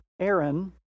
Aaron